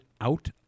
out